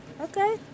Okay